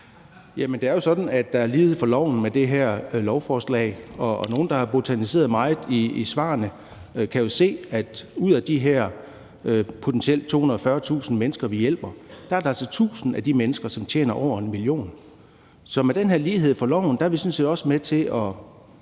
det er jo sådan, at der med det her lovforslag er lighed for loven, og nogle af dem, der har botaniseret meget i svarene, kan jo se, at ud af de her potentielt 240.000 mennesker, vi hjælper, er der 1.000, der tjener over 1 mio. kr. Så med den her lighed for loven er vi sådan set også med til at